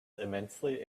immensely